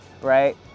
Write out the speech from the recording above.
right